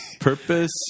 purpose